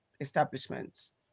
establishments